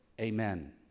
amen